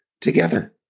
together